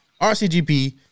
RCGP